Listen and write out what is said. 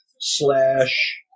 slash